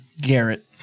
Garrett